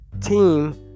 team